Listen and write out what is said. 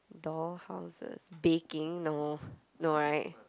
door houses baking no no right